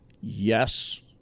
Yes